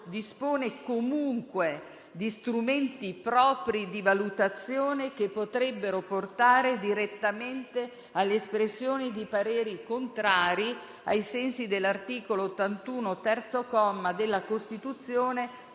dispone comunque di strumenti propri di valutazione che potrebbero portare direttamente all'espressione di pareri contrari ai sensi dell'articolo 81, terzo comma, della Costituzione